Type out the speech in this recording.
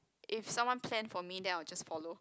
if someone plan for me then I will just follow